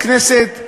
בכנסת,